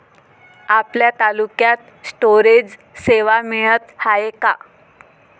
आपल्या तालुक्यात स्टोरेज सेवा मिळत हाये का?